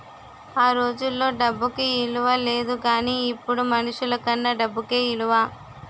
ఆ రోజుల్లో డబ్బుకి ఇలువ లేదు గానీ ఇప్పుడు మనుషులకన్నా డబ్బుకే ఇలువ